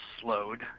slowed